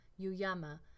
Yuyama